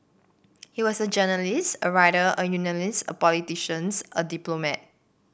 he was a journalist a writer a unionist a politicians a diplomat